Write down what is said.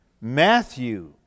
Matthew